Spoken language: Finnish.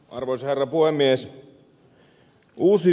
arvoisa herra puhemies